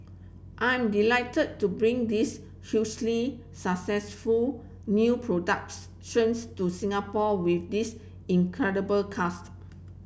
I am delighted to bring this hugely successful new productions to Singapore with this incredible cast